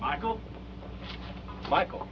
michael michael